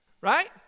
Right